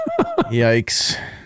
Yikes